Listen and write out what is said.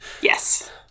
Yes